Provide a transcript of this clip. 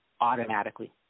automatically